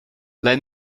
let